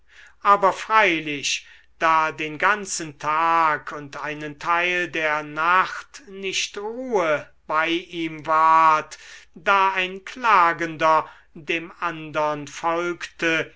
aber freilich da den ganzen tag und einen teil der nacht nicht ruhe bei ihm ward da ein klagender dem andern folgte